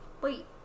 Wait